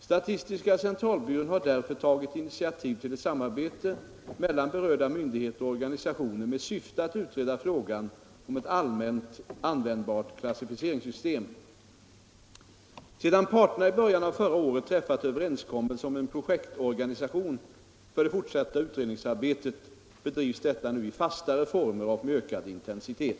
Statistiska centralbyrån har därför tagit initiativ till ett samarbete mellan berörda myndigheter och organisationer med syfte att utreda frågan om ett allmänt användbart klassificeringssystem. Sedan parterna i början av förra året träffat överenskommelse om en projektorganisation för det fortsatta utredningsarbetet, bedrivs detta nu i fastare former och med. ökad intensitet.